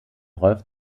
rolf